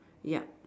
yup